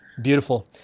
Beautiful